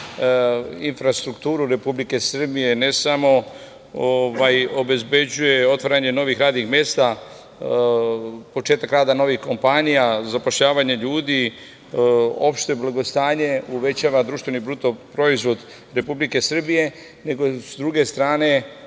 infrastrukturu Republike Srbije, ne samo da obezbeđuje otvaranje novih radnih mesta, početak rada novih kompanija, zapošljavanje ljudi, opšte blagostanje, uvećava društveni bruto proizvod Republike Srbije, nego s druge strane